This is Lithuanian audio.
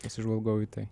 pasižvalgau į tai